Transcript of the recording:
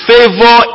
Favor